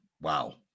Wow